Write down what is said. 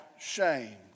shamed